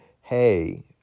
Hey